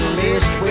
list